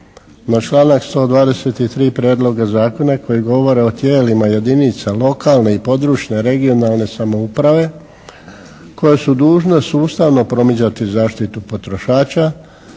Na članak 123. prijedloga zakona koji govori o tijelima jedinica lokalne i područne (regionalne) samouprave, koja su dužna sustavno promicati zaštitu potrošača,